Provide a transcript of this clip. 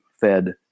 fed